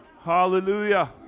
Hallelujah